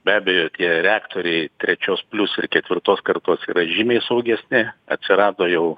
be abejo tie reaktoriai trečios plius ir ketvirtos kartos yra žymiai saugesni atsirado jau